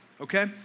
okay